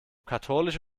katholisch